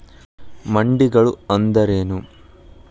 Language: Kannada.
ಮಂಡಿಗಳು ಅಂದ್ರೇನು?